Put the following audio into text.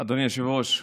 אדוני היושב-ראש,